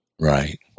Right